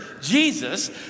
Jesus